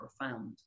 profound